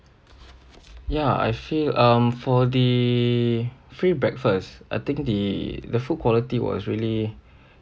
ya I feel um for the free breakfast I think the the food quality was really